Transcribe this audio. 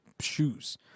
shoes